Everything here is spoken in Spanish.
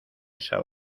esa